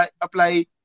apply